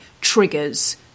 triggers